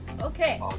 Okay